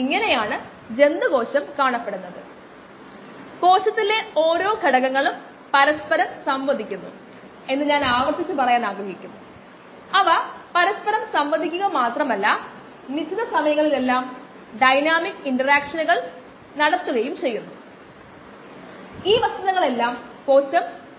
ഇത് നമ്മുടെ സമവാക്യം പ്രകാരം എഴുതിയാൽ x രണ്ട് ഇരട്ടി x